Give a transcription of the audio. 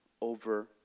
over